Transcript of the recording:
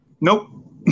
Nope